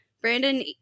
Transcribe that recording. Brandon